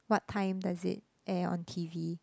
what time does it air on T_V